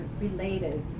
related